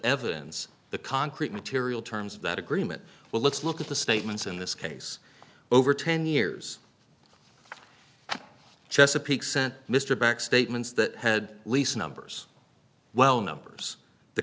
evidence the concrete material terms of that agreement well let's look at the statements in this case over ten years chesapeake sent mr back statements that had lease numbers well numbers the